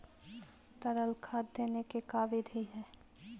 तरल खाद देने के का बिधि है?